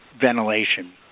ventilation